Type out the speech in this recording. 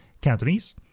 cantonese